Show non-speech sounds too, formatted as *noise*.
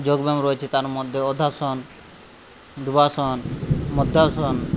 যোগব্যায়াম রয়েছে তার মধ্যে অধ্যাসন ডুবাসন *unintelligible*